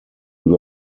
were